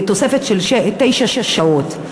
תוספת של תשע שעות של גמלה בעין.